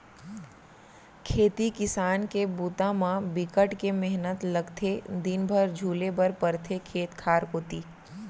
खेती किसान के बूता म बिकट के मेहनत लगथे दिन भर झुले बर परथे खेत खार कोती